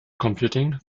computing